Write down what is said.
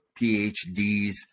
PhDs